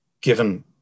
given